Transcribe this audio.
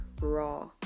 raw